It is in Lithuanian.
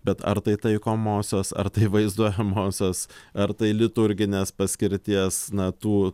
bet ar tai taikomosios ar tai vaizduojamosios ar tai liturginės paskirties na tų